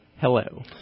Hello